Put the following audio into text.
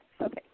Okay